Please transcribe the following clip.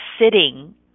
sitting